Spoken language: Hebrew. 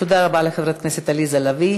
תודה רבה לחברת הכנסת עליזה לביא.